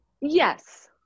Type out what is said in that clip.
Yes